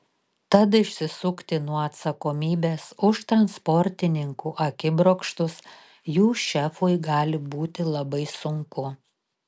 tad išsisukti nuo atsakomybės už transportininkų akibrokštus jų šefui gali būti labai sunku